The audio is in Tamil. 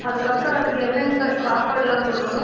அதுக்கப்புறோம் அதுக்கு என்னங்க சார் சாப்பாடெலாம் கொடுக்கணும்